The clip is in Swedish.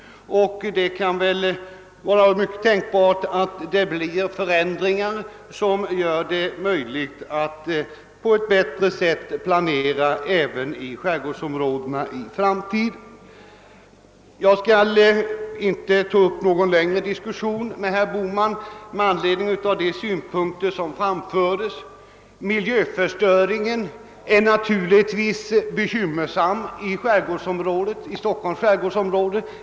Det kan vara tänkbart att det blir sådana förändringar som möjliggör att för framtiden planera på ett bättre sätt även för skärgårdsområdena. Jag skall inte ta upp någon längre diskussion med herr Bohman med anledning av de synpunkter som han framförde. Miljöförstöringen är natur ligtvis bekymmersam i Stockholms skärgårdsområde.